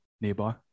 nearby